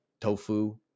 tofu